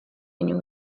viņu